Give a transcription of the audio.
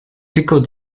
tickle